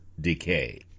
decay